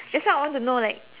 that why I want to know like